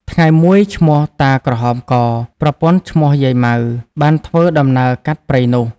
ថ្ងៃមួយ ឈ្មោះ តាក្រហមក ប្រពន្ធឈ្មោះយាយម៉ៅ បានធ្វើដំណើរកាត់ព្រៃនោះ ។